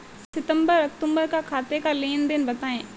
सितंबर अक्तूबर का खाते का लेनदेन बताएं